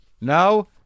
no